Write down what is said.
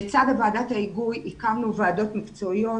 לצד ועדת ההיגוי הקמנו ועדות מקצועיות: